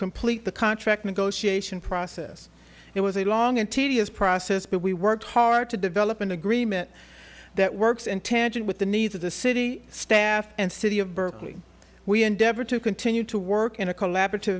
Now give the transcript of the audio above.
complete the contract negotiation process it was a long and tedious process but we worked hard to develop an agreement that works and tension with the needs of the city staff and city of berkeley we endeavor to continue to work in a collaborative